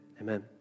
amen